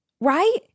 right